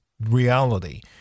reality